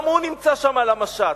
גם הוא נמצא שם על המשט.